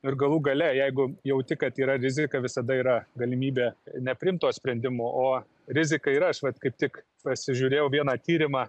ir galų gale jeigu jauti kad yra rizika visada yra galimybė nepriimt to sprendimo o rizika yra aš vat kaip tik pasižiūrėjau vieną tyrimą